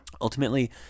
ultimately